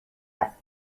است